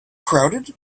crowded